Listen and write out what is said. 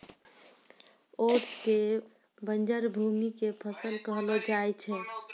oats कॅ बंजर भूमि के फसल कहलो जाय छै